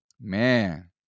Man